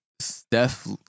Steph